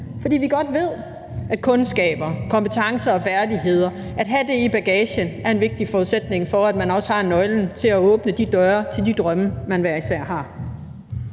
er vigtigt at have kundskaber, kompetencer og færdigheder i bagagen, og at det er vigtige forudsætninger for, at man også har nøglen til at åbne de døre til de drømme, man har hver især.